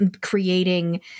creating